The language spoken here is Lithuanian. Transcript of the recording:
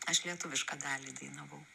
aš lietuvišką dalį dainavau